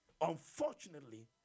Unfortunately